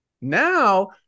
Now